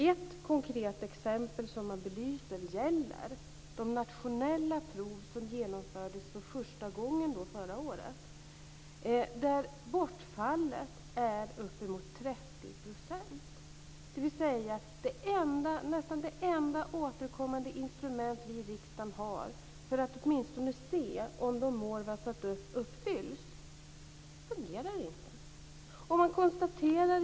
Ett konkret exempel som man belyser gäller de nationella prov som genomfördes för första gången förra året. Där är bortfallet uppemot 30 %. Detta är nästan det enda återkommande instrument som vi i riksdagen har för att se om de mål vi har satt upp uppfylls, och det fungerar inte.